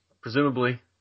presumably